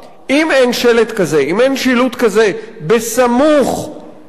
אם אין שלט כזה, אם אין שילוט כזה בסמוך לעץ,